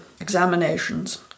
examinations